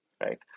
right